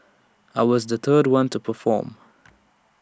I was the third one to perform